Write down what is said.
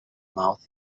mouth